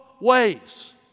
ways